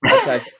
okay